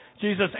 Jesus